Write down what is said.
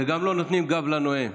וגם לא נותנים גב לנואם.